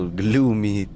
gloomy